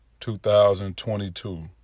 2022